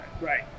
right